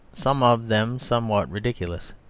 some of them somewhat ridiculous.